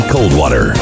Coldwater